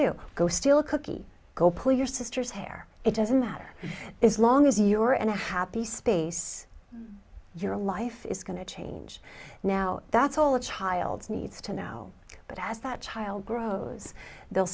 do go still cookie go pull your sister's hair it doesn't matter is long as your and a happy space your life is going to change now that's all a child's needs to know but as that child grows they'll